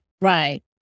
right